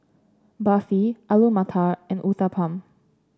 Barfi Alu Matar and Uthapam